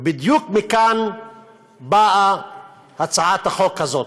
ובדיוק מכאן באה הצעת החוק הזאת.